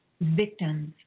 victims